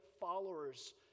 followers